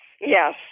Yes